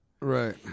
Right